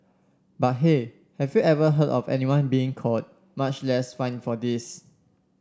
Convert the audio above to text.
but hey have you ever heard of anyone being caught much less fined for this